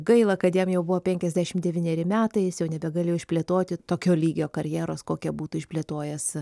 gaila kad jam jau buvo penkiasdešimt devyneri metai jis jau nebegalėjo išplėtoti tokio lygio karjeros kokią būtų išplėtojęs